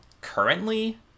currently